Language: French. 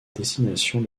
destination